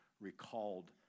recalled